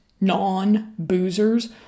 non-boozers